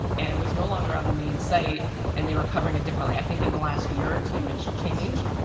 and it was no longer on the main site and they were covering it differently. i think in the last year or two it's changed,